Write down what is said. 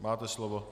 Máte slovo.